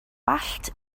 wallt